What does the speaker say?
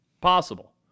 possible